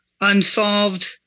Unsolved